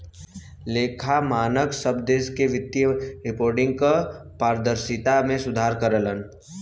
लेखा मानक सब देश में वित्तीय रिपोर्टिंग क पारदर्शिता में सुधार करलन